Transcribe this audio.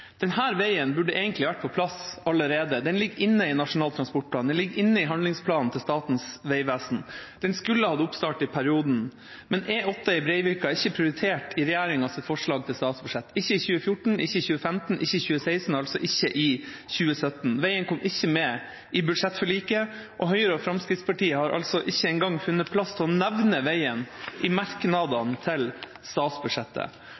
Den ligger inne i Nasjonal transportplan, den ligger inne i handlingsplanen til Statens vegvesen, den skulle hatt oppstart i perioden, men E8 i Breivika er ikke prioritert i regjeringas forslag til statsbudsjett – ikke i 2014, ikke i 2015, ikke i 2016 og ikke i 2017. Veien kom ikke med i budsjettforliket, og Høyre og Fremskrittspartiet har ikke engang funnet plass til å nevne veien i merknadene til statsbudsjettet.